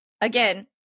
Again